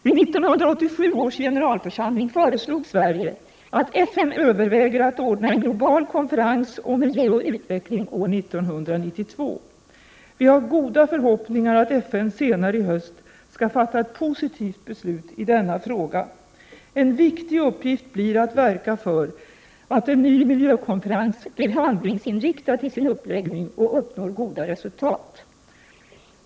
Vid 1987 års generalförsamling föreslog Sverige att FN överväger att ordna en global konferens om miljö och utveckling år 1992. Vi har goda förhoppningar att FN senare i höst skall fatta ett positivt beslut i denna fråga. En viktig uppgift blir att verka för att en ny miljökonferens blir handlingsinriktad till sin uppläggning och uppnår goda resultat.